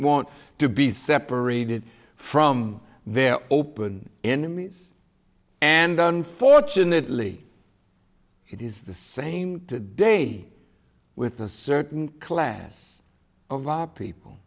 want to be separated from their open enemies and unfortunately it is the same today with a certain class of people